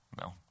no